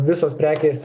visos prekės